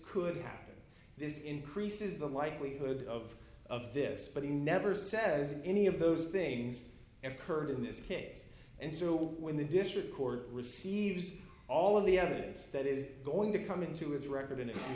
could happen this increases the likelihood of of this but he never says any of those things and occurred in this case and so when the district court receives all of the evidence that is going to come into his record in